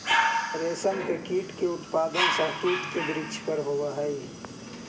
रेशम के कीट के उत्पादन शहतूत के वृक्ष पर होवऽ हई